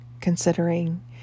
considering